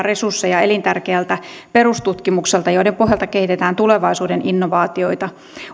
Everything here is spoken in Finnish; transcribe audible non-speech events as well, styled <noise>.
<unintelligible> resursseja elintärkeältä perustutkimukselta jonka pohjalta kehitetään tulevaisuuden innovaatioita